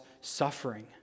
suffering